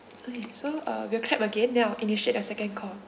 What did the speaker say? okay so uh we'll clap again then I'll initiate a second call